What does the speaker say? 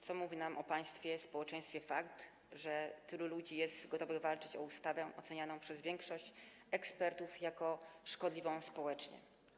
Co mówi nam o państwie, społeczeństwie fakt, że tylu ludzi jest gotowych walczyć o ustawę ocenianą przez większość ekspertów jako szkodliwa społecznie?